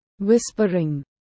Whispering